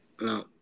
No